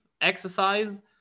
exercise